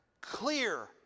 clear